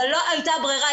אבל לא הייתה ברירה,